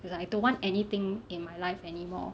cause I don't want anything in my life anymore